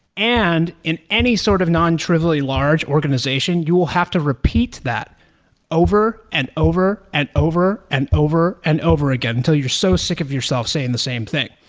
in any sort of non-trivially large organization, you will have to repeat that over and over and over and over and over again until you are so sick of yourself saying the same thing.